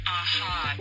aha